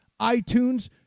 iTunes